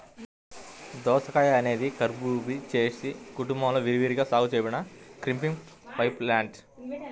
దోసకాయఅనేది కుకుర్బిటేసి కుటుంబంలో విరివిగా సాగు చేయబడిన క్రీపింగ్ వైన్ప్లాంట్